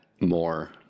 more